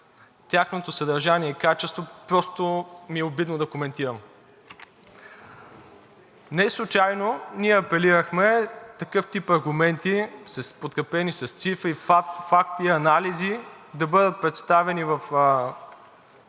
Тяхното съдържание и качество просто ми е обидно да коментирам. Неслучайно ние апелирахме такъв тип аргументи, подкрепени с цифри, факти и анализи да бъдат представени в